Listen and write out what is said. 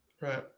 right